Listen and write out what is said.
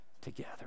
together